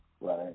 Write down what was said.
right